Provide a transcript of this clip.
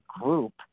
group